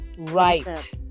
right